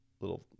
little